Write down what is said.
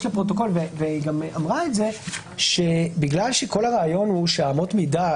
לפרוטוקול והיא גם אמרה את זה שבגלל שכל הרעיון הוא שאמות מידה,